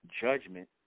judgment